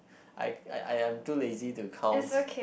I I'm too lazy to count